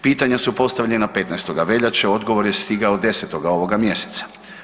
Pitanja su postavljena 15. veljače, odgovor je stigao 10. ovoga mjeseca.